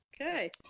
Okay